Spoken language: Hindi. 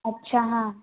अच्छा हाँ